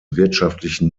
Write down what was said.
wirtschaftlichen